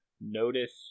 notice